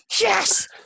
Yes